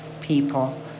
people